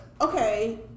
okay